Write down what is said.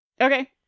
Okay